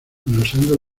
manoseando